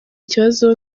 ikibazo